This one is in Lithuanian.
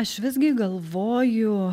aš visgi galvoju